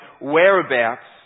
whereabouts